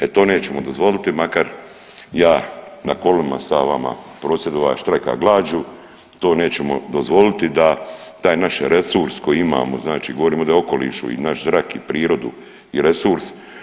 E to nećemo dozvoliti makar ja na kolima stao, prosvjedova, štrajka glađu, to nećemo dozvoliti da taj naš resurs koji imamo, znači govorimo o okolišu i zrak i prirodu i resurs.